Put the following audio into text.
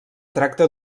tracta